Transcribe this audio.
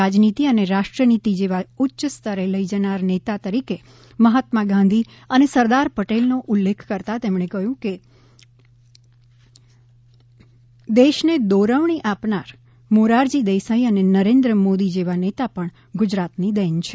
રાજનીતિ ને રાષ્ટ્રનીતિ જેવા ઉચ્ય સ્તરે લઈ જનાર નેતા તરીકે મહાત્મા ગાંધી અને સરદાર પટેલ નો ઉલ્લેખ કરતાં તેમણે કહ્યું હતું કે દેશ ને દોરવણી આપનાર મોરારજી દેસાઇ અને નરેન્દ્ર મોદી જેવા નેતા પણ ગુજરાત ની દેન છે